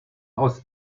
aus